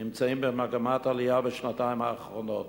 נמצאת במגמת עלייה בשנתיים האחרונות.